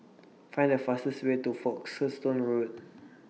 Find The fastest Way to Folkestone Road